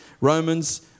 Romans